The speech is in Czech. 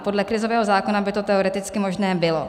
Podle krizového zákona by to teoreticky možné bylo.